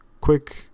quick